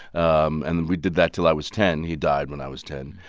um and we did that till i was ten. he died when i was ten.